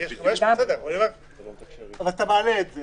אם אתה מעלה את זה